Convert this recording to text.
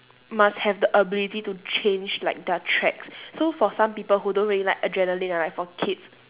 must have the ability to change like their tracks so for some people who don't really like adrenaline right for kids